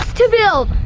to build!